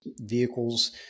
vehicles